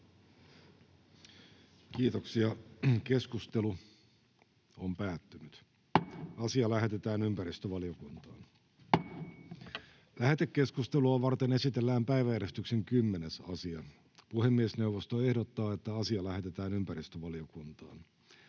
kieleen, kulttuuriin ja myös lainsäädäntöön. Lähetekeskustelua varten esitellään päiväjärjestyksen 9. asia. Puhemiesneuvosto ehdottaa, että asia lähetetään ympäristövaliokuntaan.